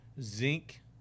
Zinc